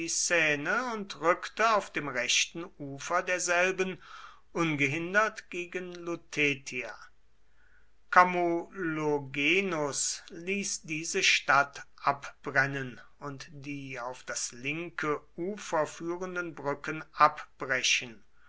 und rückte auf dem rechten ufer derselben ungehindert gegen lutetia camulogenus ließ diese stadt abbrennen und die auf das linke ufer führenden brücken abbrechen